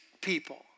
people